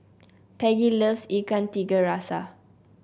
Peggy loves Ikan Tiga Rasa